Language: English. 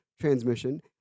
transmission